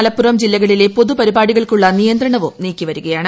മലപ്പുറം ജില്ലകളിലെ പൊതുപരിപാടികൾക്കുള്ള നിയന്ത്രണവും നീക്കി വരികയാണ്